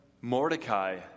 Mordecai